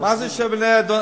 מה זה משנה,